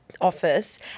office